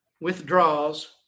withdraws